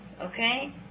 Okay